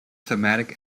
thematic